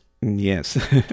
Yes